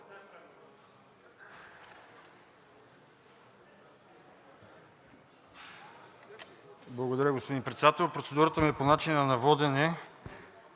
Благодаря, господин Председател. Процедурата ми е по начина на водене.